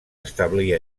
establir